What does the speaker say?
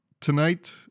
tonight